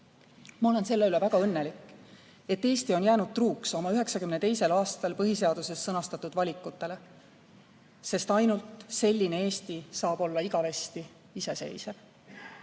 Ma olen selle üle väga õnnelik, et Eesti on jäänud truuks oma 1992. aastal põhiseaduses sõnastatud valikutele, sest ainult selline Eesti saab olla igavesti iseseisev.